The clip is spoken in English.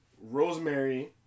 Rosemary